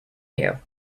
you